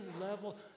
level